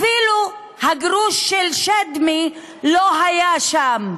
אפילו הגרוש של שדמי לא היה שם.